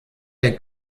der